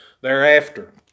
thereafter